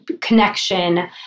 connection